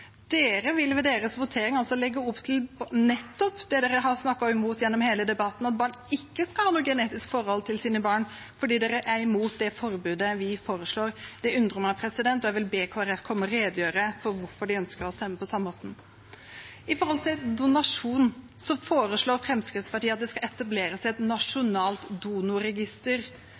vil ved sin votering legge opp til nettopp det de har snakket mot gjennom hele debatten: at barn ikke skal ha noe genetisk forhold til sine foreldre, fordi de er imot det forbudet vi foreslår. Det undrer meg, og jeg vil be Kristelig Folkeparti komme og redegjøre for hvorfor de ønsker å stemme på denne måten. Når det gjelder donasjon, foreslår Fremskrittspartiet at det skal etableres et nasjonalt